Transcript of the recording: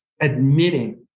admitting